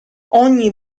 ogni